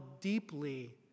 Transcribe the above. deeply